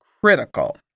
critical